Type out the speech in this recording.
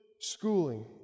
schooling